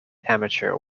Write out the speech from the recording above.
amateur